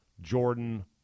Jordan